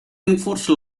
enforce